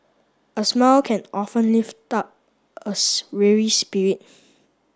a smile can often lift up a spirit